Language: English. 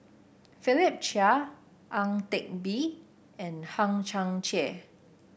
Philip Chia Ang Teck Bee and Hang Chang Chieh